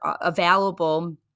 available